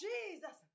Jesus